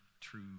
true